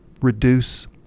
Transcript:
reduce